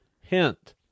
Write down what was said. hint